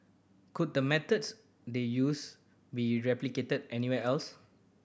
could the methods they used be replicated anyone else